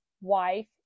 wife